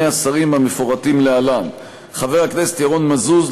השרים המפורטים להלן: חבר הכנסת ירון מזוז,